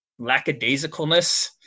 lackadaisicalness